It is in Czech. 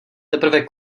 teprve